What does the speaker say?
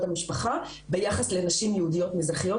המשפחה ביחס לנשים יהודיות מזרחיות,